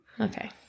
Okay